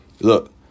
look